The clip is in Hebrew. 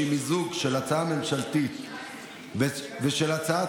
שהיא מיזוג של הצעה ממשלתית ושל הצעת